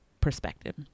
perspective